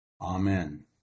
Amen